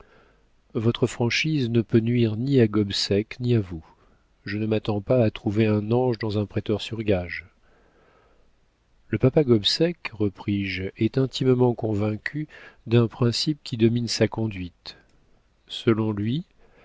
votre franchise ne peut nuire ni à gobseck ni à vous je ne m'attends pas à trouver un ange dans un prêteur sur gages le papa gobseck repris-je est intimement convaincu d'un principe qui domine sa conduite selon lui